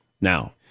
Now